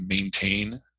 maintain